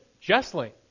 justly